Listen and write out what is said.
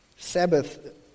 Sabbath